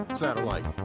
satellite